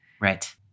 Right